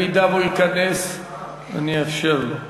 אם הוא ייכנס אני אאפשר לו.